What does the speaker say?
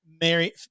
Mary